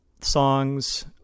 songs